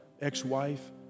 ex-wife